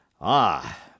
Ah